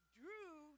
drew